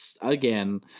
again